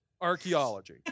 archaeology